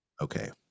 Okay